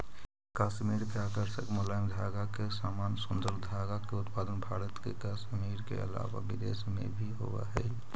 कश्मीर के आकर्षक मुलायम धागा के समान सुन्दर धागा के उत्पादन भारत के कश्मीर के अलावा विदेश में भी होवऽ हई